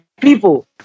people